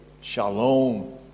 Shalom